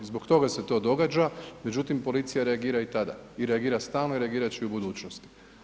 Zbog toga se to događa, međutim policija reagira i tada i reagira stalno i reagirat će i u budućnosti.